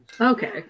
Okay